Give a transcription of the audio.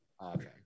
Okay